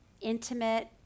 intimate